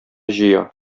җыя